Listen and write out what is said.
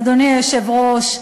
אדוני היושב-ראש,